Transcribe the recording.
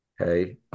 Okay